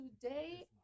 today